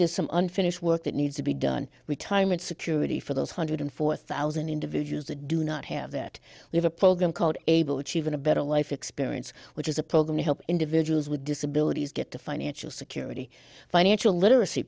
to some unfinished work that needs to be done retirement security for those hundred and four thousand individuals that do not have that we have a program called able to even a better life experience which is a program to help individuals with disabilities get to financial security financial literacy